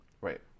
Right